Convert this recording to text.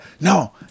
no